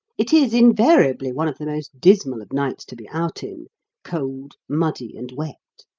it is invariably one of the most dismal of nights to be out in cold, muddy, and wet.